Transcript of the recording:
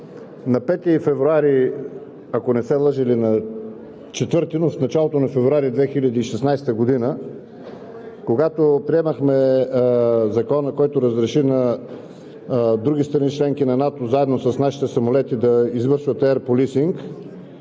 или 4 февруари, ако не се лъжа, но в началото на февруари 2016 г., когато приемахме Закона, който разреши на други страни – членки на НАТО, заедно с нашите самолети да извършват Air